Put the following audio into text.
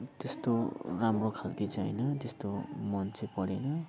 त्यस्तो राम्रो खालको चाहिँ होइन त्यस्तो मन चाहिँ परेन